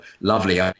lovely